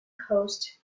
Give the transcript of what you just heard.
cost